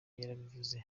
yarabivuze